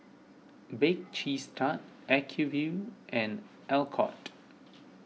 Bake Cheese Tart Acuvue and Alcott